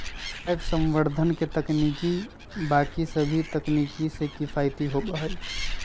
वायवसंवर्धन के तकनीक बाकि सभी तकनीक से किफ़ायती होबा हई